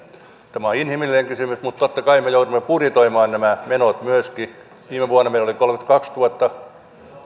tämä on inhimillinen kysymys mutta totta kai me joudumme myöskin budjetoimaan nämä menot viime vuonna meillä oli kolmekymmentäkaksituhatta